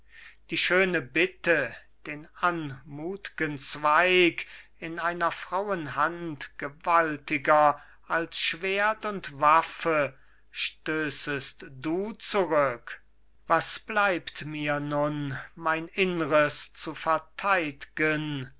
die schöne bitte den anmuth'gen zweig in einer frauen hand gewaltiger als schwert und waffe stößest du zurück was bleibt mir nun mein innres zu